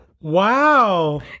Wow